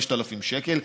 5,000 שקל,